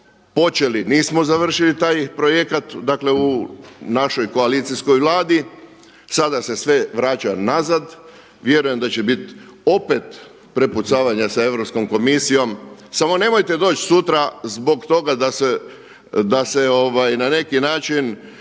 počeli, nismo završili taj projekat, dakle u našoj koalicijskoj Vladi, sada se sve vraća nazad, vjerujem da će biti opet prepucavanja sa Europskom komisijom. Samo nemojte doći sutra zbog toga da se na neki način